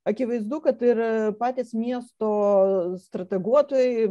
akivaizdu kad ir patys miesto strateguotojai